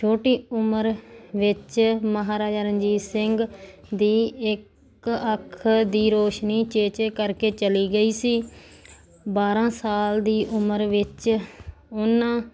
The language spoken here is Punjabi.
ਛੋਟੀ ਉਮਰ ਵਿੱਚ ਮਹਾਰਾਜਾ ਰਣਜੀਤ ਸਿੰਘ ਦੀ ਇੱਕ ਅੱਖ ਦੀ ਰੋਸ਼ਨੀ ਚੇਚਕ ਕਰਕੇ ਚਲੀ ਗਈ ਸੀ ਬਾਰਾਂ ਸਾਲ ਦੀ ਉਮਰ ਵਿੱਚ ਉਹਨਾਂ